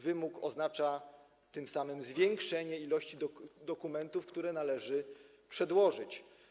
Wymóg ten oznacza tym samym zwiększenie ilości dokumentów, które należy przedłożyć.